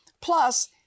Plus